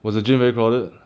was the gym very crowded